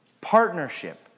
partnership